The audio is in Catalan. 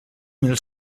mil